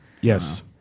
Yes